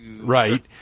Right